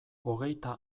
hogeita